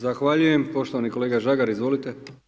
Zahvaljujem poštovani kolega Žagar, izvolite.